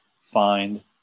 find